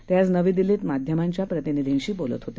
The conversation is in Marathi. ते आज नवी दिल्लीत माध्यमांच्या प्रतिनिधींशी बोलत होते